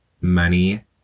money